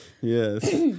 Yes